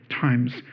times